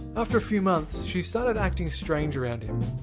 after a few months, she started acted strange around him.